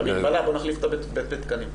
בוא נחליף את המגבלה בתקנים,